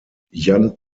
jan